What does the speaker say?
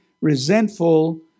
resentful